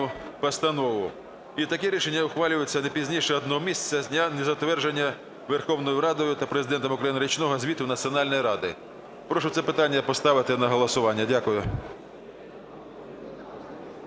постанову. І такі рішення ухвалюються не пізніше одного місяця з дня незатвердження Верховною Радою та Президентом України річного звіту Національної ради". Прошу це питання поставити на голосування. Дякую.